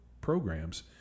programs